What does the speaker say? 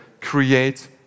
create